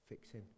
Fixing